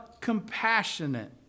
compassionate